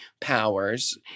powers